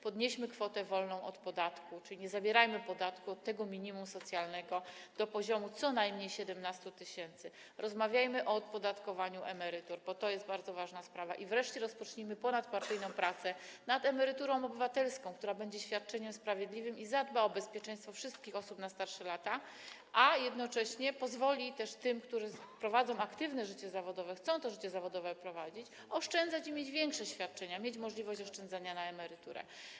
Podnieśmy kwotę wolną od podatku, czyli nie pobierajmy podatku od tego minimum socjalnego do poziomu co najmniej 17 tys., rozmawiajmy o opodatkowaniu emerytur, bo to jest bardzo ważna sprawa, i wreszcie rozpocznijmy ponadpartyjną pracę nad emeryturą obywatelską, która będzie świadczeniem sprawiedliwym i pozwoli zadbać o bezpieczeństwo wszystkich osób na starsze lata, a jednocześnie umożliwi też tym, którzy prowadzą aktywne życie zawodowe, chcą to życie zawodowe prowadzić, oszczędzać i mieć większe świadczenia, oszczędzanie na emeryturę.